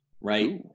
Right